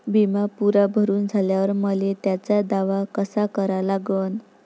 बिमा पुरा भरून झाल्यावर मले त्याचा दावा कसा करा लागन?